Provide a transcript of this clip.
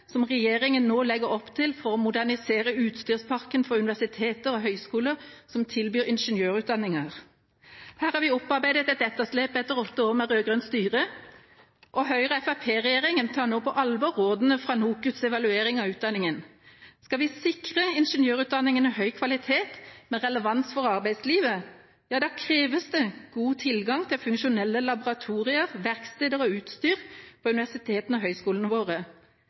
som regjeringa nå legger opp til for å modernisere utstyrsparken for universiteter og høyskoler som tilbyr ingeniørutdanninger. Her har vi opparbeidet et etterslep etter åtte år med rød-grønt styre. Høyre–Fremskrittsparti-regjeringa tar nå på alvor rådene fra NOKUTs evaluering av utdanningen. Skal vi sikre ingeniørutdanningen høy kvalitet, med relevans for arbeidslivet, kreves det god tilgang til funksjonelle laboratorier, verksteder og utstyr på universitetene og høyskolene våre.